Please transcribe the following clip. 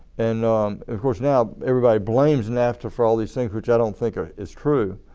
and of course now everybody blames nafta for all these things which i don't think ah it's true.